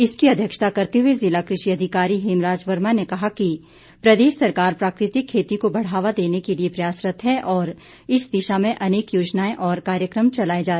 इसकी अध्यक्षता करते हुए जिला कृषि अधिकारी हेमराज वर्मा ने कहा कि प्रदेश सरकार प्राकृतिक खेती को बढ़ावा देने के लिए प्रयासरत है और इस दिशा में अनेक योजनाएं और कार्यक्रम चलाए जा रहे हैं